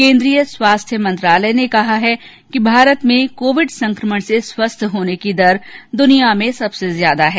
केन्द्रीय स्वास्थ्य मंत्रालय ने कहा है कि भारत में कोविड संक्रमण से स्वस्थ होने की दर दुर्निया में सबसे अधिक है